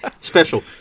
Special